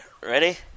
Ready